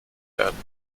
werden